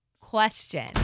question